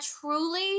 truly